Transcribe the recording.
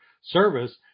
service